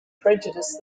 prejudice